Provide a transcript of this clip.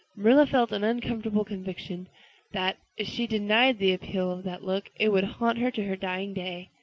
marilla felt an uncomfortable conviction that, if she denied the appeal of that look, it would haunt her to her dying day.